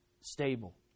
Stable